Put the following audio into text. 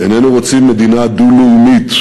איננו רוצים מדינה דו-לאומית,